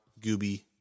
Gooby